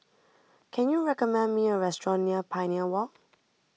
can you recommend me a restaurant near Pioneer Walk